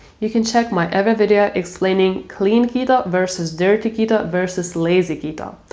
you can check my other video explaining clean keto vs dirty keto vs lazy keto.